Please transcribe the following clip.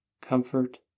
comfort